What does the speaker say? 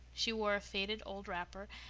she wore a faded old wrapper,